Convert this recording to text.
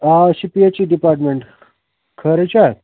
آ أسۍ چھِ پی ایٚچ اِی ڈِپاٹمٮ۪نٛٹ خٲرے چھا